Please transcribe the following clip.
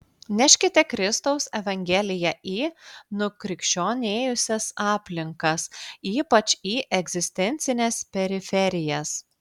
neškite kristaus evangeliją į nukrikščionėjusias aplinkas ypač į egzistencines periferijas